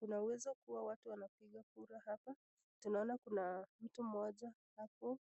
Kunaweza kua watu wanapiga kura hapa, tumeona kuna mtu mmoja hapo